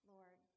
Lord